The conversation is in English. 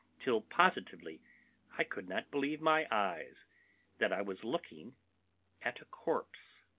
till positively i could not believe my eyes that i was looking at a corpse.